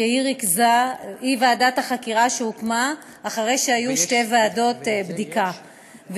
שהיא ועדת החקירה שהוקמה אחרי שהיו שתי ועדות בדיקה,